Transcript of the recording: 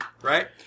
Right